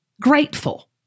grateful